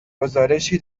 گزارشی